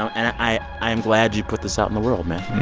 i i am glad you put this out in the world, man